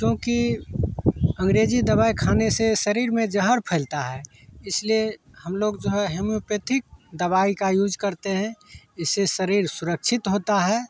क्योंकि अँग्रेजी दवाएँ खाने से शरीर में ज़हर फैलता है इसलिए हम लोग जो है हेमोपैथिक दवाई का यूज़ करते हैं इससे शरीर सुरक्षित होता है